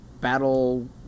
battle